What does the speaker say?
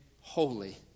holy